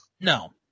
No